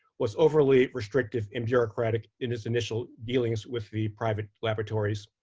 was overly restrictive and bureaucratic in its initial dealings with the private laboratories.